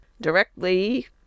directly